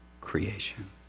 creation